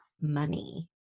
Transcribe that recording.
money